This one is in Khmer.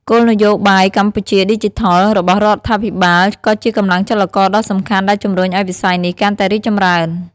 គោលនយោបាយ កម្ពុជាឌីជីថល របស់រដ្ឋាភិបាលក៏ជាកម្លាំងចលករដ៏សំខាន់ដែលជំរុញឱ្យវិស័យនេះកាន់តែរីកចម្រើន។